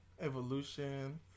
Evolution